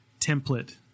template